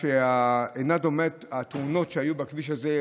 התאונות שהיו בכביש הזה,